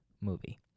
movie